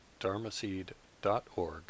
dharmaseed.org